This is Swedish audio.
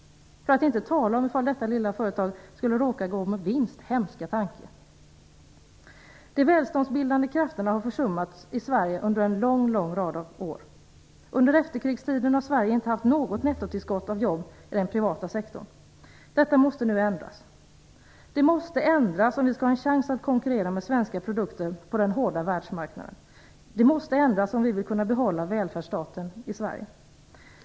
För att inte tala om i fall detta lilla företag skulle råka gå med vinst - hemska tanke. De välståndsbildande krafterna har försummats i Sverige under en lång rad av år. Under efterkrigstiden har Sverige inte haft något nettotillskott av jobb i den privata sektorn. Detta måste nu ändras. Det måste ändras om vi skall ha en chans att konkurrera med svenska produkter på den hårda världsmarknaden. Det måste ändras om vi vill kunna behålla välfärdsstaten i Sverige.